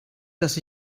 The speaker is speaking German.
dass